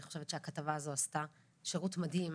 אני חושבת שהכתבה הזאת עשתה שירות מדהים.